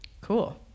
Cool